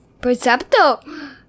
Percepto